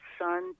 son